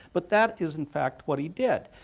but that is in fact what he did.